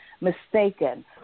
mistaken